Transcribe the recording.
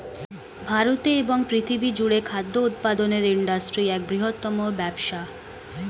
ভারতে এবং পৃথিবী জুড়ে খাদ্য উৎপাদনের ইন্ডাস্ট্রি এক বৃহত্তম ব্যবসা